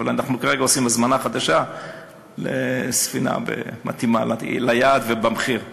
אבל אנחנו כרגע עושים הזמנה חדשה לספינה מתאימה ליעד ולמחיר.